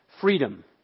freedom